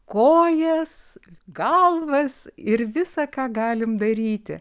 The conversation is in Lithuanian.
kojas galvas ir visa ką galim daryti